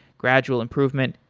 gradual improvement,